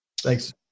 Thanks